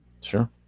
sure